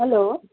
hello